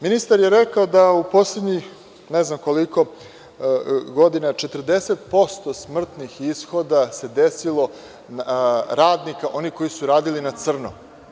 Ministar je rekao da u poslednjih, ne znam koliko godina, 40% smrtnih ishoda radnika koji su radili na crno.